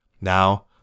Now